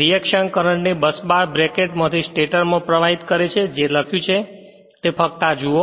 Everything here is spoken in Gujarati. રિએક્શન કરંટ ને બસબાર બ્રેકેટ માંથી સ્ટેટર માં પ્રવાહિત કરે છે જે લખ્યું છે તે ફક્ત આ જુઓ